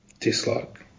Dislike